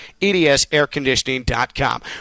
edsairconditioning.com